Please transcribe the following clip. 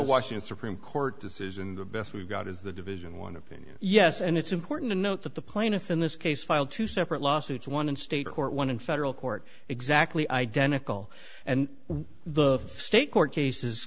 washing supreme court decision the best we've got is the division one opinion yes and it's important to note that the plaintiff in this case filed two separate lawsuits one in state court one in federal court exactly identical and the state court case